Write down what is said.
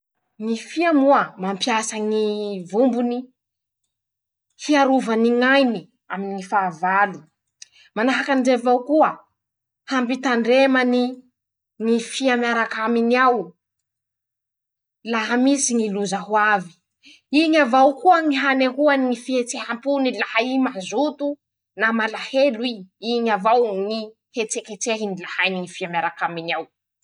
Ñy fia moa mampiasa ñy vombony. hiarovany ñ'ainy aminy ñy fahavalo.<ptoa>Manahaky anizay avao koa. hampitandremany ñy fia miaraky aminy ao laha misy ñy loza ho avy ;iñy avao koa ñy hanehoany ñy fihetseham-pony laha i mazoto na malahelo i. iñy avao ñy hetseketsehiny la hainy ñy fia miarak'aminy ao.